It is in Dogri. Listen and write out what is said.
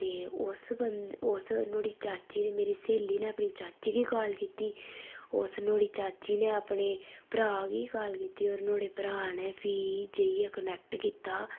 ते उस बंदे उस नुआढ़ी चाची मेरी स्हेली ने अपनी चाची गी काल कीती उस नुआढ़ी चाची ने अपने भ्राऽ गी काल कीती होर नुआढ़े भ्राऽ ने फ्ही जाइयै कोनैक्ट कीता